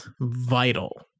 vital